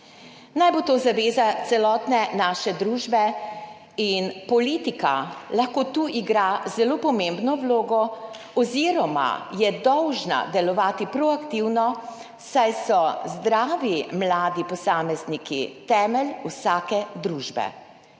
Naj bo to zaveza celotne naše družbe in politika lahko tu igra zelo pomembno vlogo oziroma je dolžna delovati proaktivno, saj so zdravi mladi posamezniki temelj vsake družbe.